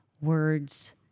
words